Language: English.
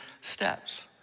steps